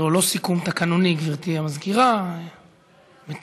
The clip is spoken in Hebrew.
לא, לא סיכום תקנוני, גברתי המזכירה, מטפורי.